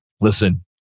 Listen